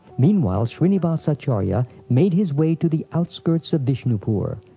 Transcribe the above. meanwhile, shrinivas acharya made his way to the outskirts of vishnupur,